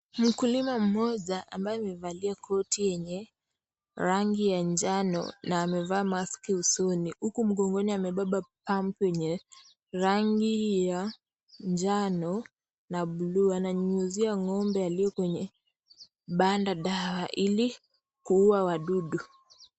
Mkulima mmoja ambaye amevalia koti yenye rangi ya njano na amevaa maski usoni huku mgongoni amebeba pampu yenye rangi ya njano na bluu. Ananyunyuzia ng'ombe aliye kwenye banda dawa ili kuua wadudu.